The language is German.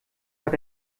hat